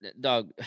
dog